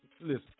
listen